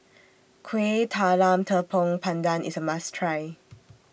Kuih Talam Tepong Pandan IS A must Try